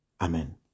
Amen